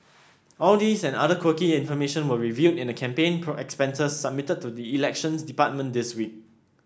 all these and other quirky information were revealed in the campaign poor expenses submitted to the Elections Department this week